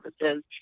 services